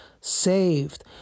saved